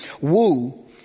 woo